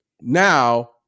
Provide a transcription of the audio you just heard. now